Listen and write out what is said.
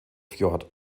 fjord